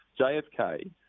JFK